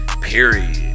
period